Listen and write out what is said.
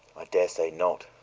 i daresay not,